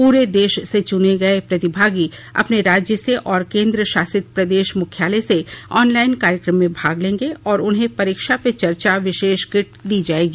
पूरे देश से चुने गए प्रतिभागी अपने राज्य से और केंद्रशासित प्रदेश मुख्यालय से ऑनलाइन कार्यक्रम में भाग लेंगे और उन्हें परीक्षा पे चर्चा विशेष किट दी जाएगी